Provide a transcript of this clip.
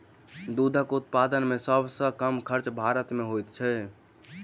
दूधक उत्पादन मे सभ सॅ कम खर्च भारत मे होइत छै